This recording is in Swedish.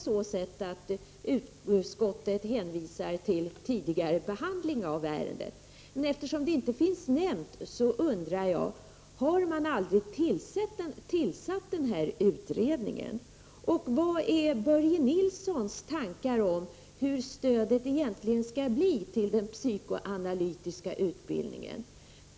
Utskottet brukar annars hänvisa till tidigare behandling av ärendet, men eftersom denna utredning inte nämns i betänkandet undrar jag om den aldrig har tillsatts. Vilka tankar har Börje Nilsson om stödet till den psykoanalytiska utbildningen?